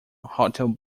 hotel